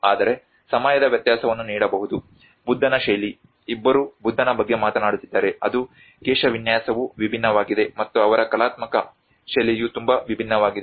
ಆದರೆ ಸಮಯದ ವ್ಯತ್ಯಾಸವನ್ನು ನೀವು ನೋಡಬಹುದು ಬುದ್ಧನ ಶೈಲಿ ಇಬ್ಬರೂ ಬುದ್ಧನ ಬಗ್ಗೆ ಮಾತನಾಡುತ್ತಿದ್ದಾರೆ ಅದು ಕೇಶವಿನ್ಯಾಸವು ವಿಭಿನ್ನವಾಗಿದೆ ಮತ್ತು ಅವರ ಕಲಾತ್ಮಕ ಶೈಲಿಯು ತುಂಬಾ ವಿಭಿನ್ನವಾಗಿದೆ